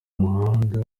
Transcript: muhanda